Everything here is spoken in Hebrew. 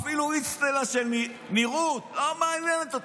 אפילו אצטלה של נראות לא מעניינת אותם.